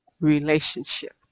relationship